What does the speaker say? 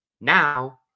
Now